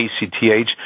ACTH